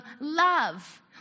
love